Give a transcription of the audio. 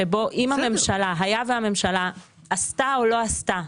שבו היה והממשלה עשתה או לא עשתה,